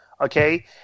Okay